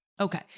Okay